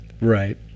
Right